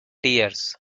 tears